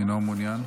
אינו מעוניין.